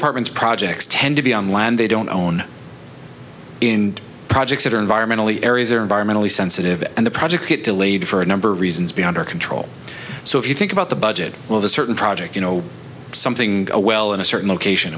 departments projects tend to be on land they don't own in projects that are environmentally areas or environmentally sensitive and the projects get delayed for a number of reasons beyond our control so if you think about the budget well the certain project you know something well in a certain location